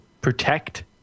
protect